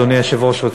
אדוני היושב-ראש,